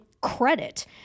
credit